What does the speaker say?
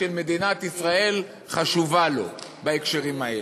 של מדינת ישראל חשובה לו בהקשרים האלה.